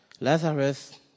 Lazarus